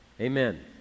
amen